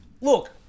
look